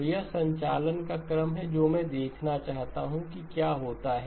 तो यह संचालन का क्रम है जो मैं देखना चाहता हूं कि क्या होता है